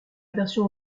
version